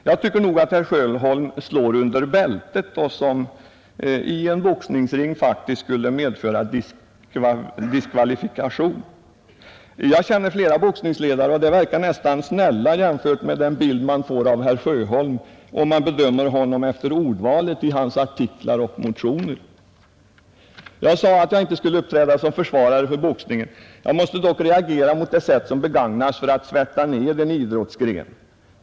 Jag tycker nog att herr Sjöholm slår under bältet, vilket i boxningsringen skulle medföra diskvalifikation. Jag känner flera boxningsledare, och de verkar nästan snälla jämfört med den bild man får av herr Sjöholm, om man bedömer honom efter ordvalet i hans artiklar och motioner. Jag sade att jag inte skulle uppträda som försvarare för boxningen; jag måste dock reagera mot det sätt som begagnats för att svärta ned en idrottsgren.